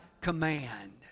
command